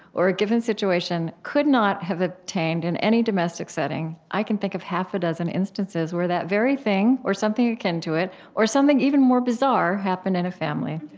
or a given situation could not have obtained in any domestic setting, i can think of a half dozen instances where that very thing, or something akin to it, or something even more bizarre, happened in a family.